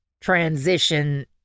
transition